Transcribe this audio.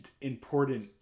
important